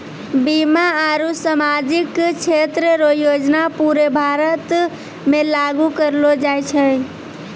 बीमा आरू सामाजिक क्षेत्र रो योजना पूरे भारत मे लागू करलो जाय छै